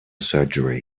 surgery